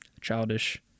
childish